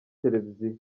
televiziyo